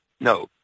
No